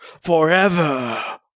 Forever